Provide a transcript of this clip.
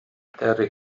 terry